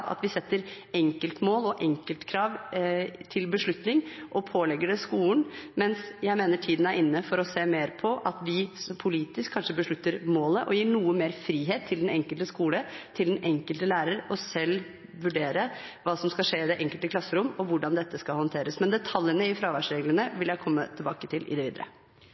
at vi setter enkeltmål og enkeltkrav til beslutning og pålegger skolen det. Jeg mener at tiden er inne for å se mer på at vi politisk kanskje beslutter målet og gir noe mer frihet til den enkelte skole og den enkelte lærer til selv å vurdere hva som skal skje i det enkelte klasserom – hvordan dette skal håndteres. Men detaljene i fraværsreglene vil jeg komme tilbake til i det videre.